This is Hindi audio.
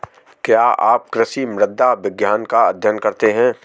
क्या आप कृषि मृदा विज्ञान का अध्ययन करते हैं?